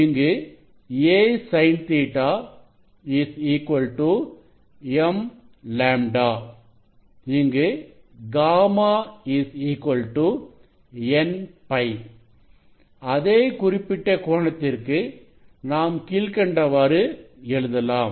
இங்கு a sin Ɵ mλ இங்கு γ n π அதே குறிப்பிட்ட கோணத்திற்கு நாம் கீழ்க்கண்டவாறு எழுதலாம்